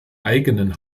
eigenen